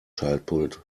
schaltpult